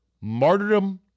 Martyrdom